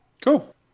Cool